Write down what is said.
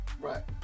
right